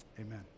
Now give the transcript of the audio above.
Amen